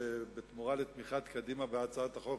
שבתמורה לתמיכת קדימה בהצעת החוק,